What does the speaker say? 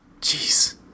Jeez